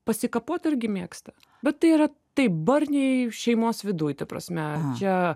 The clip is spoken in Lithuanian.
pasikapot irgi mėgsta bet tai yra taip barniai šeimos viduj ta prasme čia